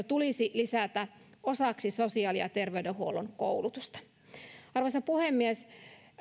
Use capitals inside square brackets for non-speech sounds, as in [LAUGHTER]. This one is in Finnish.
[UNINTELLIGIBLE] tulisi lisätä osaksi sosiaali ja terveydenhuollon koulutusta arvoisa puhemies